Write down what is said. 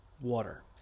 Water